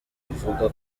bivuga